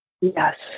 Yes